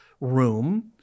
room